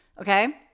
Okay